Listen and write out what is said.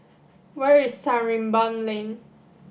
where is Sarimbun Lane